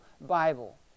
Bible